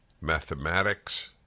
Mathematics